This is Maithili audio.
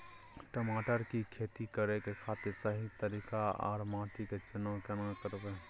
टमाटर की खेती करै के खातिर सही तरीका आर माटी के चुनाव केना करबै?